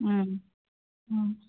ꯎꯝ ꯎꯝ